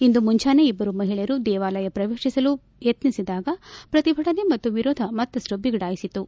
ಇಂದು ಮುಂಜಾನೆ ಇಬ್ಬರು ಮಹಿಳೆಯರು ದೇವಾಲಯ ಪ್ರವೇಶಿಸಲು ಯತ್ನಿಸಿದಾಗ ಪ್ರತಿಭಟನೆ ಮತ್ತು ವಿರೋಧ ಮತ್ತಷ್ಟು ಬಿಗಡಾಯಿಸಿತು